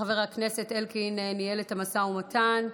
כשחבר הכנסת אלקין ניהל את המשא ומתן,